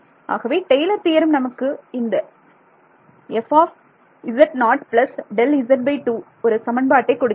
ஆகவே Taylor theorem நமக்கு இந்த fz0 Δz2 ஒரு சமன்பாட்டை கொடுக்கிறது